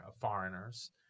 foreigners